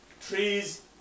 trees